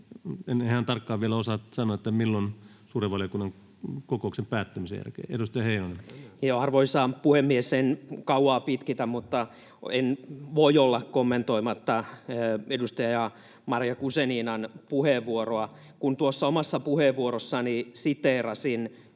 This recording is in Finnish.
ihan tarkkaan vielä osaa sanoa, milloin, suuren valiokunnan kokouksen päättymisen jälkeen. — Edustaja Heinonen. Arvoisa puhemies! En kauaa pitkitä, mutta en voi olla kommentoimatta edustaja Maria Guzeninan puheenvuoroa. Kun tuossa omassa puheenvuorossani siteerasin